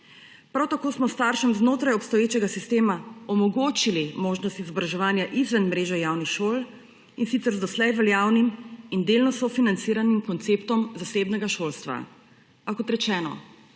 Prav tako smo staršem znotraj obstoječega sistema omogočili možnost izobraževanja izven mreže javnih šol, in sicer z doslej veljavnim in delno sofinanciranim konceptom zasebnega šolstva. A kot rečeno,